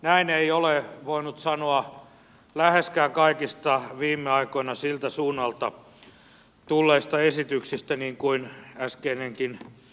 näin ei ole voinut sanoa läheskään kaikista viime aikoina siltä suunnalta tulleista esityksistä niin kuin äskeinenkin keskustelu todisti